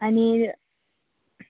आनी